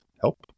help